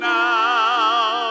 now